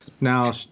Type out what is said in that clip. now